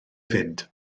fynd